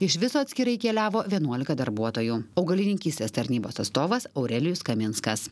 iš viso atskirai keliavo vienuolika darbuotojų augalininkystės tarnybos atstovas aurelijus kaminskas